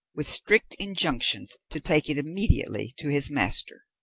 with strict injunctions to take it immediately to his master.